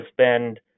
spend